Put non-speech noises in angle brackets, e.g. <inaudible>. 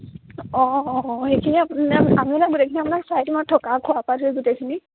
অঁ অঁ অঁ সেইখিনি <unintelligible> আমি মানে গোটেইখিনি আপোনাক চাই দিম আৰু থকা খোৱাৰপৰা ধৰি গোটেইখিনি